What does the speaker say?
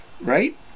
right